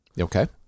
Okay